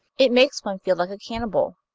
it makes one feel like a cannibal.